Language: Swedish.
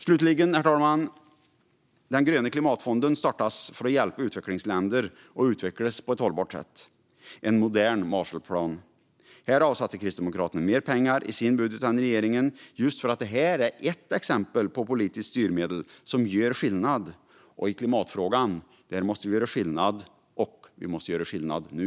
Slutligen, herr talman: Den gröna klimatfonden startades för att hjälpa utvecklingsländer att utvecklas på ett hållbart sätt, som en modern Marshallplan. Kristdemokraterna avsatte mer pengar för detta i sin budget än regeringen just för att det är ett exempel på ett politiskt styrmedel som gör skillnad. I klimatfrågan måste vi göra skillnad, och vi måste göra det nu.